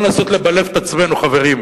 לא לנסות לבלף את עצמנו, חברים.